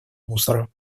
мусора